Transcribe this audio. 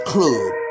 Club